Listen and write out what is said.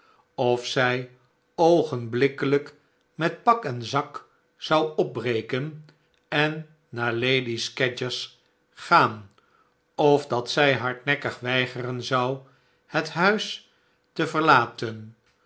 of zij oogenblikkelijk met pak en zak zou opbreken en naar lady scadgers gaan of dat zij hardnekkig weigeren zou het liuis te verlaten